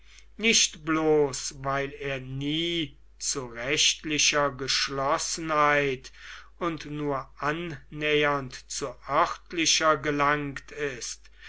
nicht bloß weil er nie zu rechtlicher geschlossenheit und nur annähernd zu örtlicher gelangt ist